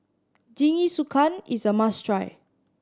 jingisukan is a must try